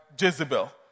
Jezebel